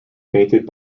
painted